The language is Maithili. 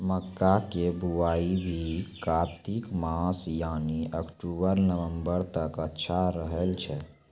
मक्का के बुआई भी कातिक मास यानी अक्टूबर नवंबर तक अच्छा रहय छै